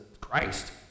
Christ